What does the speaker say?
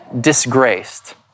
disgraced